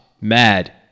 mad